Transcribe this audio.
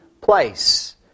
place